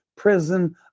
prison